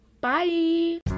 Bye